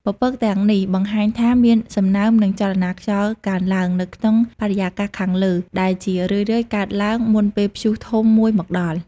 ពពកទាំងនេះបង្ហាញថាមានសំណើម និងចលនាខ្យល់កើនឡើងនៅក្នុងបរិយាកាសខាងលើ ដែលជារឿយៗកើតឡើងមុនពេលព្យុះធំមួយមកដល់។